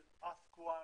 של Ask Once,